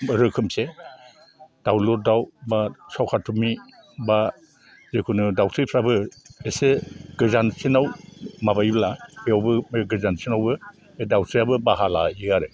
रोखोमसे दावलुर दाव बा सखाथुनि बा जिखुनु दावस्रिफ्राबो एसे गोजानसिनाव माबायोब्ला बेवबो गोजानसिनआवबो बे दावस्रियाबो बाहा लायो आरो